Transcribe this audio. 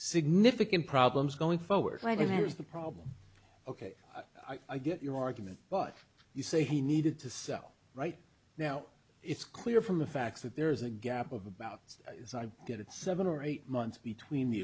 significant problems going forward later here's the problem ok i get your argument but you say he needed to sell right now it's clear from the facts that there is a gap of about as i get it seven or eight months between the